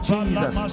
Jesus